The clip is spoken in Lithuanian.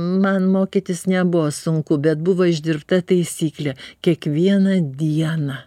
man mokytis nebuvo sunku bet buvo išdirbta taisyklė kiekvieną dieną